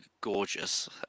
gorgeous